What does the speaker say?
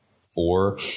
four